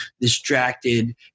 distracted